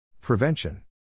prevention